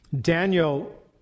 Daniel